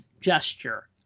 gesture